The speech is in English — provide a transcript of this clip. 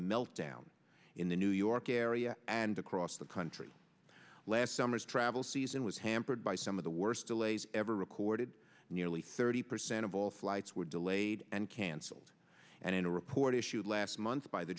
meltdown in the new york area and across the country last summer's travel season was hampered by some of the worst delays ever recorded nearly thirty percent of all flights were delayed and canceled and in a row port issued last month by the